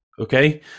okay